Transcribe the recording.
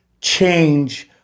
change